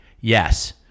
yes